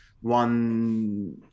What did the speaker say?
one